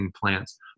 plants